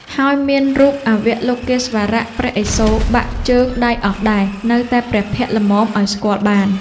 ហើយមានរូបអវលោកេស្វរៈ (ព្រះឥសូរ) បាក់ជើង-ដៃអស់ដែរ នៅតែព្រះភក្ត្រល្មមឲ្យស្គាល់បាន ។